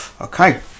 Okay